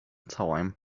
time